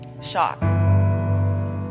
shock